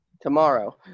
tomorrow